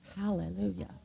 Hallelujah